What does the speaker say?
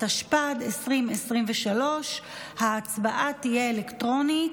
התשפ"ד 2023. ההצבעה תהיה אלקטרונית,